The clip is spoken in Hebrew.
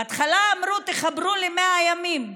בהתחלה אמרו: תחברו ל-100 ימים,